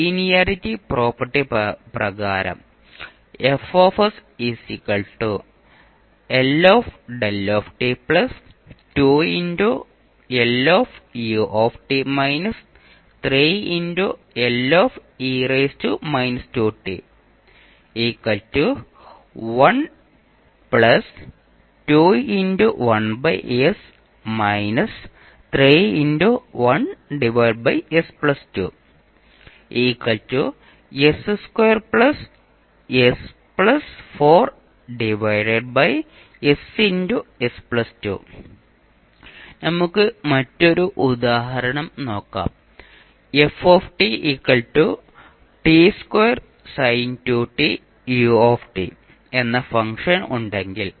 linearity property പ്രകാരം F δ 2 u − 3e−2t നമുക്ക് മറ്റൊരു ഉദാഹരണം നോക്കാം f t2sin 2t u എന്ന ഫംഗ്ഷൻ ഉണ്ടെങ്കിൽ